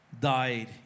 died